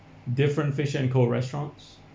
different fish and co restaurants